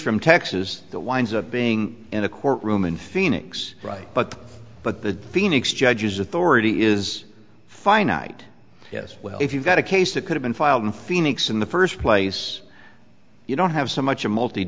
from texas that winds up being in a courtroom in phoenix right but but the phoenix judges authority is finite yes well if you've got a case that could have been filed in phoenix in the first place you don't have so much a multi